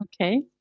Okay